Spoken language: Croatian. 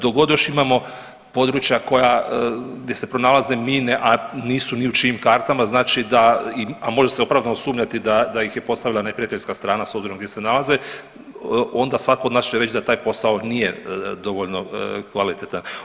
Dok god još imamo područja koja, gdje se pronalaze mine, a nisu ni u čijim kartama znači da, a može se opravdano sumnjati da ih je postavila neprijateljska strana s obzirom gdje se nalaze onda svako od nas će reći da taj posao nije dovoljno kvalitetan.